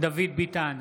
דוד ביטן,